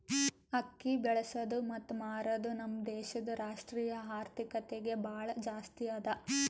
ಅಕ್ಕಿ ಬೆಳಸದ್ ಮತ್ತ ಮಾರದ್ ನಮ್ ದೇಶದ್ ರಾಷ್ಟ್ರೀಯ ಆರ್ಥಿಕತೆಗೆ ಭಾಳ ಜಾಸ್ತಿ ಅದಾ